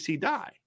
die